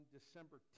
December